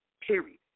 period